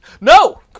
No